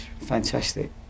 fantastic